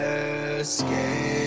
escape